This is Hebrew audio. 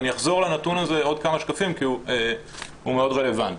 ואני אחזור לנתון הזה עוד כמה שקפים כי הוא מאוד רלבנטי.